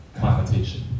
connotation